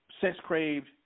sex-craved